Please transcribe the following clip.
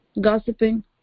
gossiping